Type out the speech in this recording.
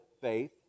faith